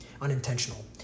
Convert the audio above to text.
unintentional